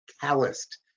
calloused